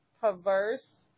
perverse